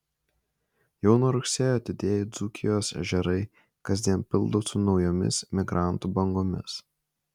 jau nuo rugsėjo didieji dzūkijos ežerai kasdien pildosi naujomis migrantų bangomis